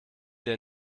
ihr